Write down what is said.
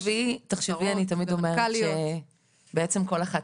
נכון ותחשבי אני תמיד אומרת שבעצם כל אחת